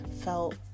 felt